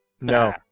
No